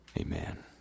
Amen